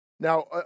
Now